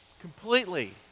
completely